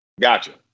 Gotcha